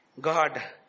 God